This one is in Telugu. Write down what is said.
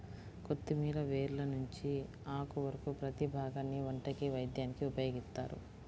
కొత్తిమీర వేర్ల నుంచి ఆకు వరకు ప్రతీ భాగాన్ని వంటకి, వైద్యానికి ఉపయోగిత్తారు